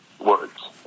words